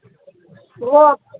وہ آپ